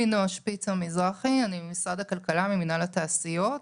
ממשרד הכלכלה ממינהל התעשיות.